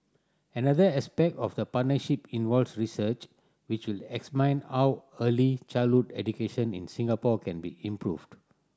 another aspect of the partnership involves research which will how early childhood education in Singapore can be improved